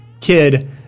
kid